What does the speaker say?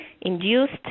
induced